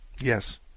Yes